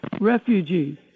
refugees